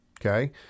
Okay